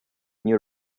new